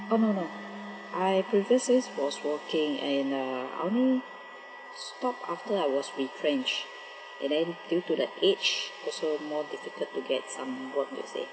oh no no I previous years was working and uh I only stop after I was retrenched and then due to the age also more difficult to get some work you see